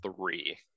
three